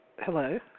Hello